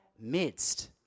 midst